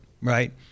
right